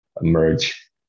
emerge